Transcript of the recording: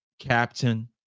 Captain